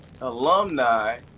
alumni